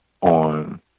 on